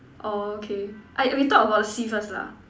orh okay I we talk about the sea first lah